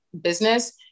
business